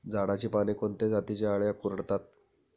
झाडाची पाने कोणत्या जातीच्या अळ्या कुरडतात?